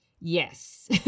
Yes